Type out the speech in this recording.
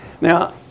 Now